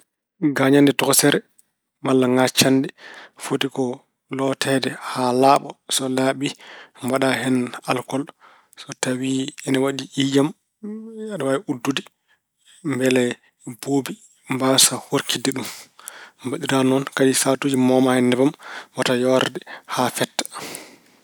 Gaañde tokosere malla ŋaccande foti ko looteede haa laaɓa. So laaɓi, mbaɗa hen alkol. So tawi ene waɗi ƴiiƴam, aɗa waawi uddude mbele buubi, mbaasa urkitde ɗum. Mbaɗira noon, kadi sahaatuji mooma hen nebam wota yoorde haa fetta.